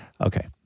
Okay